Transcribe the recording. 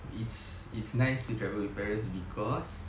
it's it's nice to travel with parents because